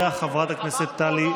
ששלושה קיסרים מתו ברומא בתוך שנה.